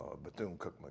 Bethune-Cookman